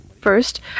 First